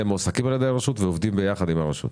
מועסקים על ידי הרשות ועובדים ביחד עם הרשות,